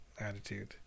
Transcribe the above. attitude